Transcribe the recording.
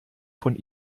von